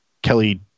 Kelly